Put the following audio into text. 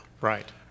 Right